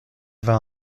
vingt